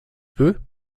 peut